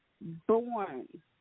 born